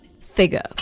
Figure